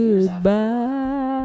Goodbye